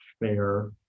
fair